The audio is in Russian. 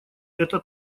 это